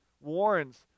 warns